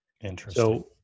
Interesting